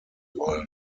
wollen